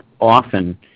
often